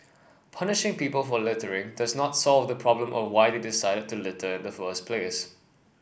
punishing people for littering does not solve the problem of why they decided to litter in the first place